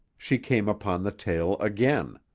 she came upon the tale again.